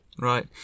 Right